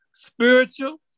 Spiritual